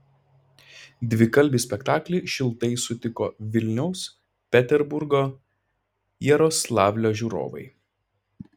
dvikalbį spektaklį šiltai sutiko vilniaus peterburgo jaroslavlio žiūrovai